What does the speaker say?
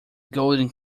golden